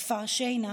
גם לכפר שיינא,